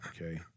Okay